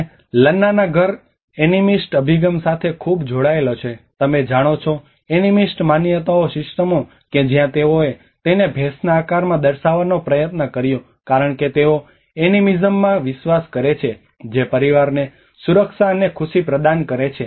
અને લન્નાના ઘર એનિમીસ્ટ અભિગમ સાથે ખૂબ જ જોડાયેલું છે તમે જાણો છો એનિમિસ્ટ માન્યતાઓ સિસ્ટમો કે જ્યાં તેઓએ તેને ભેંસના આકારમાં દર્શાવવાનો પ્રયત્ન કર્યો કારણ કે તેઓ એનિમિઝમમાં વિશ્વાસ કરે છે જે પરિવારને સુરક્ષા અને ખુશી પ્રદાન કરે છે